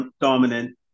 dominant